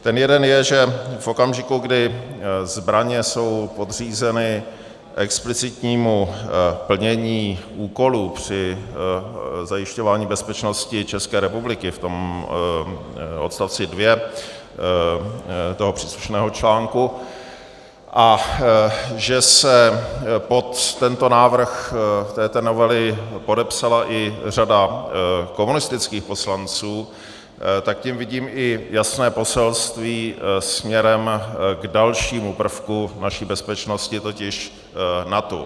Ten jeden je, že v okamžiku, kdy zbraně jsou podřízeny explicitnímu plnění úkolů při zajišťování bezpečnosti České republiky v odstavci 2 toho příslušného článku a že se pod návrh této novely podepsala i řada komunistických poslanců, tak tím vidím i jasné poselství směrem k dalšímu prvku naší bezpečnosti, totiž NATO.